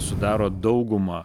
sudaro daugumą